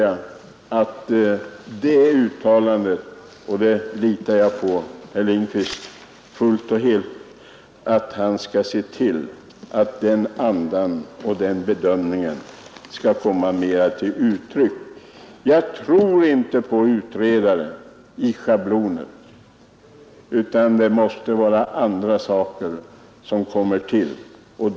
Jag litar på att herr Lindkvist helt och fullt skall se till att den andan kommer mera till uttryck i bedömningarna. Jag tror inte på utredningar i schabloner, utan andra saker måste vara avgörande.